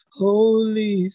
holy